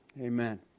amen